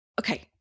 Okay